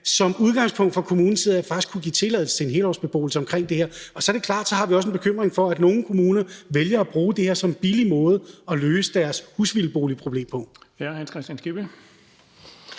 som udgangspunkt fra kommunens side faktisk kan give tilladelse til helårsbeboelse. Og så er det klart, at vi også har en bekymring for, at nogle kommuner vælger at bruge det her som en billig måde at løse deres husvildeproblem på.